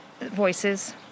voices